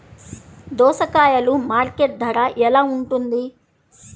దోసకాయలు మార్కెట్ ధర ఎలా ఉంటుంది?